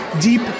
deep